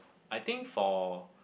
I think for